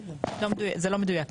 זה לא מדויק.